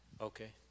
Okay